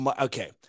Okay